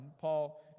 Paul